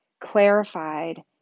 clarified